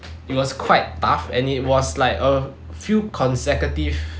it was quite tough and it was like a few consecutive